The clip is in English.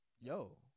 yo –